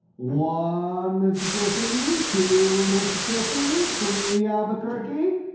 one mississippi. two mississippi. three albuquerque.